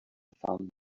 found